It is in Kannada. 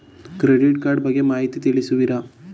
ಕ್ರೆಡಿಟ್ ಕಾರ್ಡ್ ಬಗ್ಗೆ ಮಾಹಿತಿ ತಿಳಿಸುವಿರಾ?